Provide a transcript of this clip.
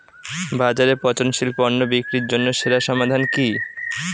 বাজারে পচনশীল পণ্য বিক্রির জন্য সেরা সমাধান কি?